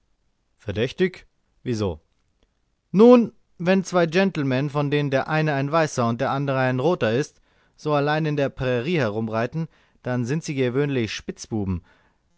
verdächtig wieso nun wenn zwei gentlemen von denen der eine ein weißer und der andere ein roter ist so allein in der prärie herumreiten dann sind sie gewöhnlich spitzbuben